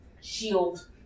Shield